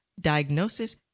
diagnosis